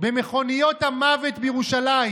במכוניות המוות בירושלים,